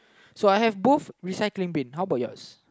so I have both recycling bin how about yours